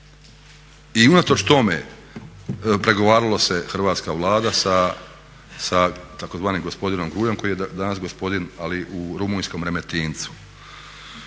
I unatoč tome pregovaralo se hrvatska Vlada sa tzv. gospodinom Grujom koji je danas gospodin ali u rumunjskom Remetincu.